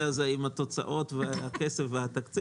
לדיון בנושא הזה עם התוצאות והכסף והתקציב,